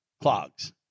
Clogs